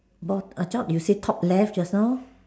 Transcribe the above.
but I thought you said top left just now